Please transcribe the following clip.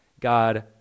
God